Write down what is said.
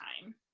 time